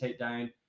takedown